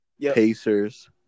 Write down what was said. Pacers